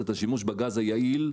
את השימוש בגז היעיל,